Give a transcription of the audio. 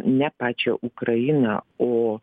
ne pačią ukrainą o